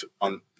on